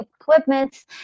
equipments